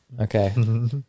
Okay